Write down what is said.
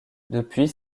depuis